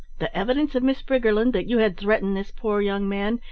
the evidence of miss briggerland that you had threatened this poor young man,